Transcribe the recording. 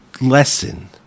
lesson